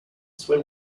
swim